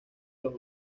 los